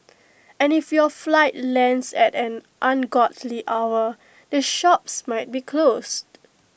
and if your flight lands at an ungodly hour the shops might be closed